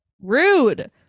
Rude